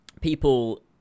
people